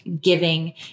giving